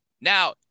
Now